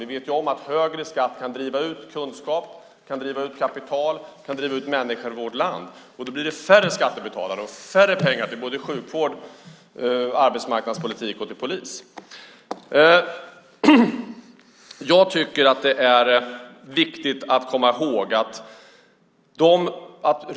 Vi vet om att högre skatt kan driva ut kunskap, kapital och människor från vårt land. Då blir det färre skattebetalare och mindre pengar till sjukvård, arbetsmarknadspolitik och polis. Jag tycker att det är viktigt att komma ihåg en sak.